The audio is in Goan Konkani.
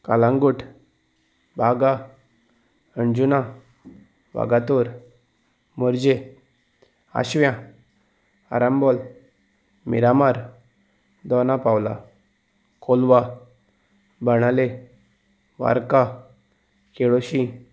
कालांगूट बागा अणजुना वागातोर मरजे आशव्या आरामबोल मिरामार दोना पावला कोोलवा बणाले वारका केळोशी